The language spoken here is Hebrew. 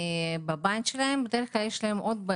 כפי שהגדרתם עוזרים,